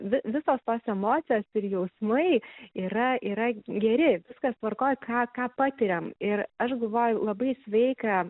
vi visos tos emocijos ir jausmai yra yra geri viskas tvarkoj ką ką patiriam ir aš galvoju labai sveika